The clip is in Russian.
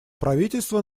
правительства